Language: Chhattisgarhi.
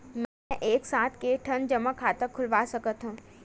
मैं एक साथ के ठन जमा खाता खुलवाय सकथव?